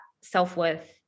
self-worth